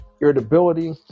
irritability